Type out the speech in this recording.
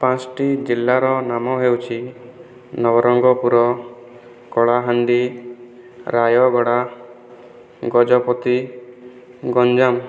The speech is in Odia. ପାଞ୍ଚଟି ଜିଲ୍ଲାର ନାମ ହେଉଛି ନବରଙ୍ଗପୁର କଳାହାଣ୍ଡି ରାୟଗଡ଼ା ଗଜପତି ଗଞ୍ଜାମ